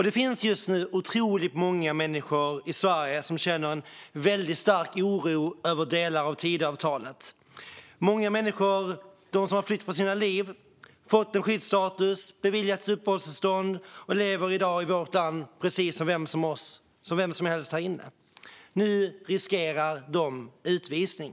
Det finns just nu otroligt många människor i Sverige som känner väldigt stark oro över delar av Tidöavtalet. Många människor som har flytt för sina liv, fått skyddsstatus och beviljats uppehållstillstånd och i dag lever i vårt land precis som vem som helst här inne riskerar nu utvisning.